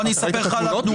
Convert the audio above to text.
ראית את התמונות?